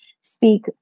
speak